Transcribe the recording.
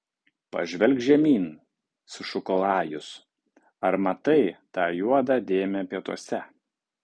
pažvelk žemyn sušuko lajus ar matai tą juodą dėmę pietuose